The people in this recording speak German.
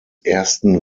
ersten